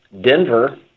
Denver